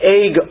egg